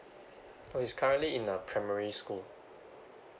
oh he's currently in a primary school